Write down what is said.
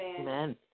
Amen